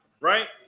Right